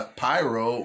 pyro